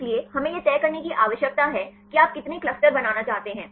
इसलिए हमें यह तय करने की आवश्यकता है कि आप कितने क्लस्टर बनाना चाहते हैं